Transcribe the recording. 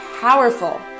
powerful